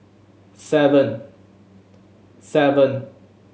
seven seven